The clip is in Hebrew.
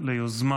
ליוזמה,